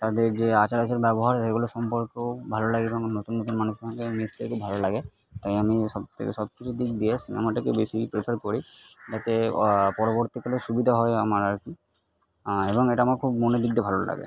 তাদের যে আচার আচার ব্যবহারের এগুলো সম্পর্কেও ভালো লাগে এবং নতুন নতুন মানুষের সঙ্গে মিশতে খুব ভালো লাগে তাই আমি সব থেকে সব কিছুর দিক দিয়ে সিনেমাটাকে বেশি প্রেফার করি যাতে পরবর্তীকালে সুবিধা হয় আমার আর কি এবং এটা আমার খুব মনের দিক দিয়ে ভালো লাগে